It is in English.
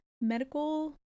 medical